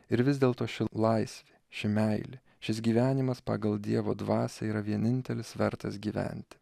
ir vis dėlto ši laisvė ši meilė šis gyvenimas pagal dievo dvasią yra vienintelis vertas gyventi